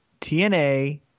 TNA